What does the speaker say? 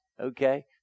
Okay